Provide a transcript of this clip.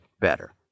better